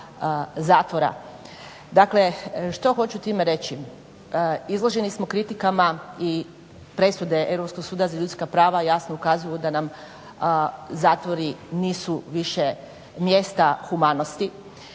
Dakle, što hoću time reći? Izloženi smo kritikama i presude Europskog suda za ljudska prava jasno ukazuju da nam zatvori nisu više mjesta humanosti